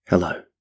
Hello